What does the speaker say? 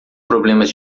problemas